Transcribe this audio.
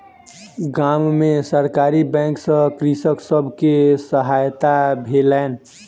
गाम में सरकारी बैंक सॅ कृषक सब के सहायता भेलैन